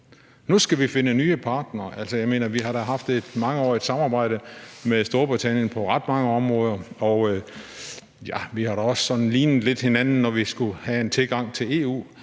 nu skal finde nye partnere? Altså, vi har da haft et mangeårigt samarbejde med Storbritannien på ret mange områder, og vi har da også sådan lignet hinanden lidt, når vi skulle have en tilgang til EU,